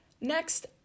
Next